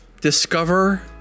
discover